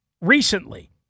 recently